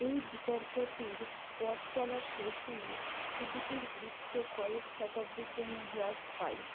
এই বিতর্কটির পথ চলা শেষ হলে ছুটিটির গুরুত্ব কয়েক শতাব্দীর জন্য হ্রাস পায়